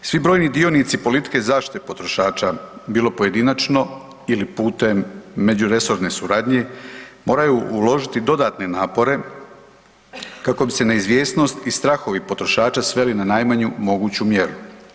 I svi brojni dionici politike zaštite potrošača, bilo pojedinačno ili putem međuresorne suradnje moraju uložiti dodatne napore kako bi se neizvjesnost i strahovi potrošača sveli na najmanju moguću mjeru.